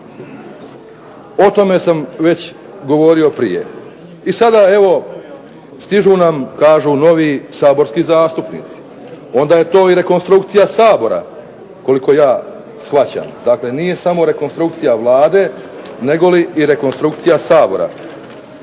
O tome sam govorio i prije. Sada evo stižu nam novi Saborski zastupnici, onda je to rekonstrukcija Sabora koliko ja shvaćam, dakle nije samo rekonstrukcija Vlade, negoli i rekonstrukcija Sabora.